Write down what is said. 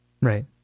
Right